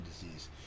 disease